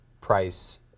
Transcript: price